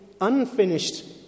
unfinished